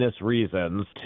reasons